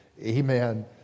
Amen